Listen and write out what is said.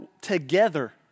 together